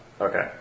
Okay